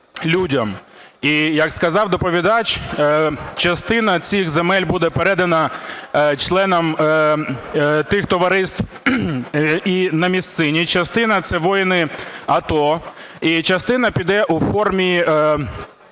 І, як сказав доповідач, частина цих земель буде передана членам тих товариств і на місцині, частина – це воїни АТО, і частина піде у формі